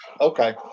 Okay